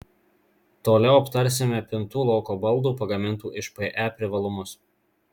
toliau aptarsime pintų lauko baldų pagamintų iš pe privalumus